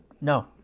No